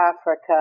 Africa